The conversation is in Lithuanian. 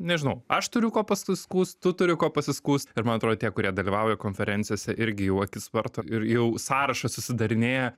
nežinau aš turiu kuo pasiskųst tu turi kuo pasiskųst ir man atrodo tie kurie dalyvauja konferencijose irgi jau akis varto ir jau sąrašą susidarinėja